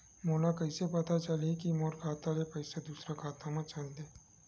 मोला कइसे पता चलही कि मोर खाता ले पईसा दूसरा खाता मा चल देहे?